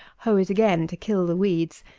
hoe it again to kill the weeds,